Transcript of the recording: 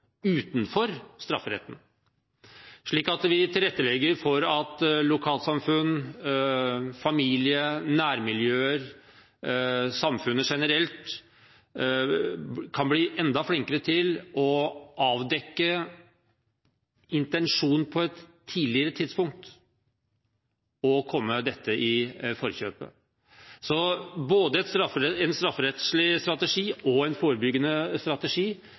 utenfor strafferetten, slik at vi tilrettelegger for at lokalsamfunn, familie, nærmiljøer og samfunnet generelt kan bli enda flinkere til å avdekke intensjonen på et tidligere tidspunkt, og komme dette i forkjøpet. Både en strafferettslig strategi og en forebyggende strategi